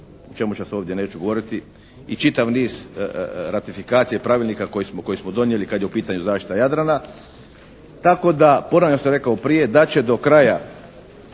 o čemu će se ovdje, neću govoriti i čitav niz ratifikacija i pravilnika koji smo donijeli kad je u pitanju zaštita Jadrana. Tako da ponavljam što sam rekao prije da će do kraja,